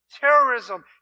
terrorism